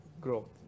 growth